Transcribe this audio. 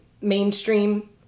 mainstream